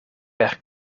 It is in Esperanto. per